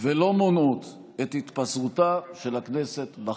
ולא מונעות את התפזרותה של הכנסת בחצות.